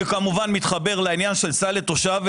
אני כמובן מתחבר לעניין של סל לתושב.